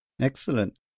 excellent